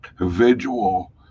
individual